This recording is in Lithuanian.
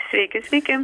sveiki sveiki